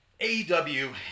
AEW